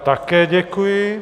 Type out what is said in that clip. Také děkuji.